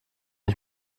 ich